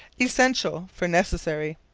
essential for necessary.